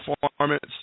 performance